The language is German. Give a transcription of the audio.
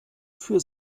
für